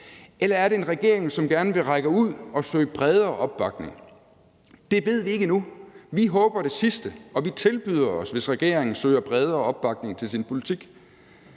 Eller er det en regering, som gerne vil række ud og søge bredere opbakning? Det ved vi ikke endnu. Vi håber det sidste, og vi tilbyder os, hvis regeringen søger bredere opbakning til sin politik.